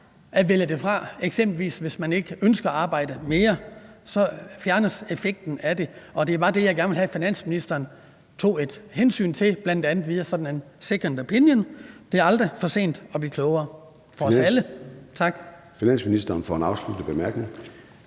at vælge det fra, eksempelvis hvis man ikke ønsker at arbejde mere. Så fjernes effekten af det, og det var bare det, jeg gerne ville have at finansministeren tog et hensyn til, bl.a. via sådan en second opinion. Det er aldrig for sent at blive klogere, for os alle. Tak. Kl. 14:02 Formanden (Søren